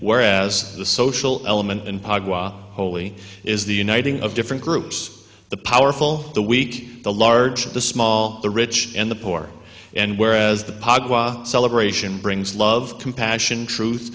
whereas the social element in pog holy is the uniting of different groups the powerful the weak the large the small the rich and the poor and whereas the celebration brings love compassion truth